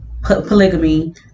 Polygamy